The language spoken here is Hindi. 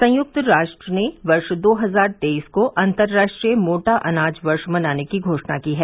संयुक्त राष्ट्र ने वर्ष दो हजार तेईस को अंतर्राष्ट्रीय मोटा अनाज वर्ष मनाने की घोषणा की है